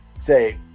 Say